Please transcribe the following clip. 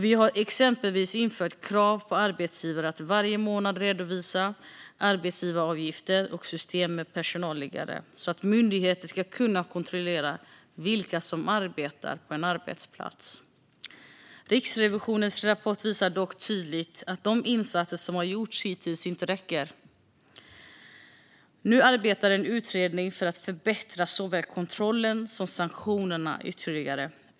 Vi har exempelvis infört krav på arbetsgivare att varje månad redovisa arbetsgivaravgifter och system med personalliggare så att myndigheter kan kontrollera vilka som arbetar på en arbetsplats. Riksrevisionens rapport visar dock tydligt att de insatser som har gjorts hittills inte räcker. Nu arbetar en utredning för att förbättra såväl kontrollen som sanktionerna ytterligare.